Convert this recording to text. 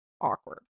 Awkward